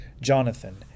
Jonathan